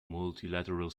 multilateral